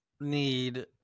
need